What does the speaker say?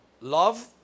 Love